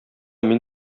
мин